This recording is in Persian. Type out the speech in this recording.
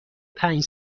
پنج